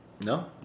No